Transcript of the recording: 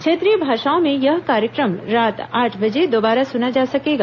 क्षेत्रीय भाषाओं में यह कार्यक्रम रात आठ बजे दोबारा सुना जा सकेगा